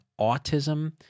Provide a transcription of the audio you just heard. autism